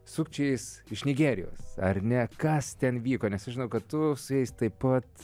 sukčiais iš nigerijos ar ne kas ten vyko nes aš žinau kad tu su jais taip pat